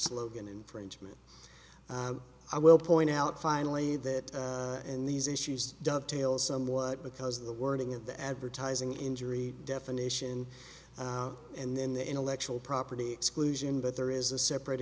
slogan infringement i will point out finally that and these issues dovetail somewhat because of the wording of the advertising injury definition and then the intellectual property exclusion but there is a separate